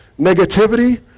negativity